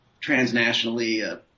transnationally